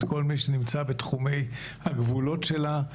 את כל מי שנמצא בתחומי הגבולות שלה,